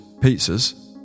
pizzas